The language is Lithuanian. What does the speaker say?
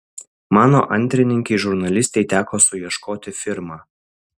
mano antrininkei žurnalistei teko suieškoti firmą